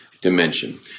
dimension